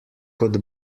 kot